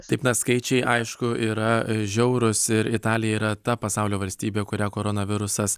taip na skaičiai aišku yra žiaurūs ir italija yra ta pasaulio valstybė kurią koronavirusas